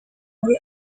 muri